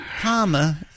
karma